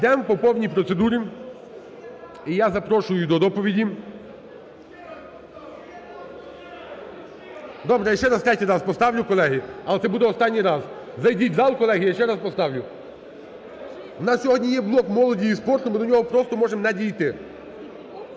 Йдемо по повній процедурі. І я запрошую до доповіді… (Шум у залі) Добре, я ще раз, третій раз поставлю, колеги, але це буде останній раз. Зайдіть в зал, колеги, я ще раз поставлю. В нас сьогодні є блок молоді і спорту, ми до нього просто можемо не дійти.